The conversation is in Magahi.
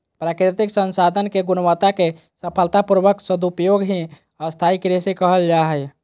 प्राकृतिक संसाधन के गुणवत्ता के सफलता पूर्वक सदुपयोग ही स्थाई कृषि कहल जा हई